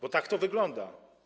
Bo tak to wygląda.